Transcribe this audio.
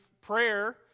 prayer